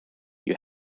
you